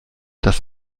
dass